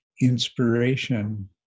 inspiration